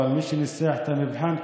אבל מי שניסח את המבחן,